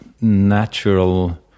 natural